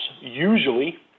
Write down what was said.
usually